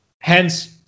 hence